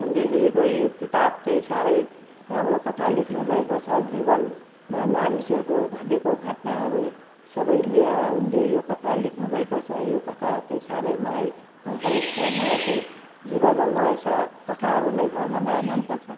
उनले लेखेको यो किताब चाहिँ साह्रै राम्रो कथा लेख्नु भएको छ जीवनमा मानिसहरूको घटेको घटनाहरू सबै लिएर उनले यो कथा लेख्नु भएको छ यो कथा चाहिँ साह्रै मलाई मन परेको छ मलाई चाहिँ जीवनमा मलाई सो कथाहरू नै पढ्न मलाई मन पर्छ